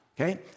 Okay